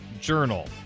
Journal